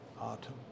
autumn